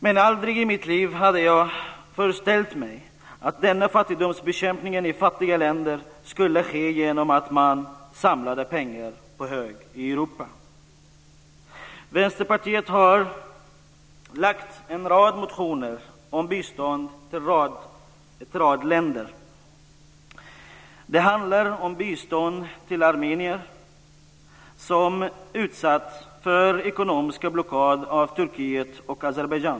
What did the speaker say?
Men aldrig i mitt liv hade jag föreställt mig att denna fattigdomsbekämpning i fattiga länder skulle ske genom att man samlade pengar på hög i Vänsterpartiet har väckt en rad motioner om bistånd till olika länder. Det handlar om bistånd till Armenien som har utsatts för ekonomisk blockad av Turkiet och Azerbajdzjan.